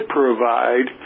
provide